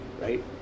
right